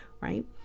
right